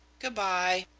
good-by!